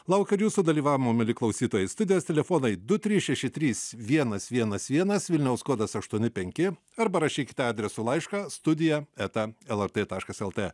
laukiu ir jūsų dalyvavimo mieli klausytojai studijos telefonai du trys šeši trys vienas vienas vienas vilniaus kodas aštuoni penki arba rašykite adresu laišką studija eta lrt taškas lt